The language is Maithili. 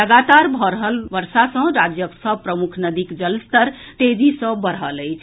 लगातार भऽ रहल वर्षा सँ राज्यक सभ प्रमुख नदीक जलस्तर तेजी सँ बढ़ल अछि